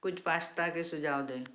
कुछ पास्ता के सुझाव दें